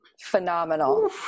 Phenomenal